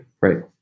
right